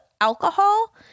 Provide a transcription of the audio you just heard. alcohol